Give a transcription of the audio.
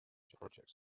projects